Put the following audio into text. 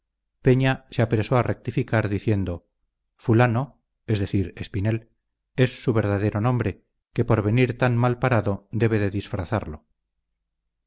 peña se apresuró a rectificar diciendo fulano es decir espinel es su verdadero nombre que por venir tan mal parado debe de disfrazarlo